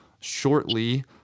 shortly